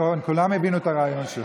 רון, כולם הבינו את הרעיון שלך, תודה רבה.